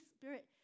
Spirit